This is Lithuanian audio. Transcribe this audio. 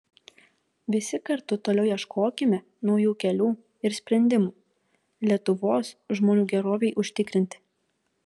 visi kartu toliau ieškokime naujų kelių ir sprendimų lietuvos žmonių gerovei užtikrinti